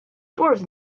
dwarves